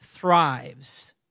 thrives